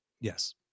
Yes